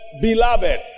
Beloved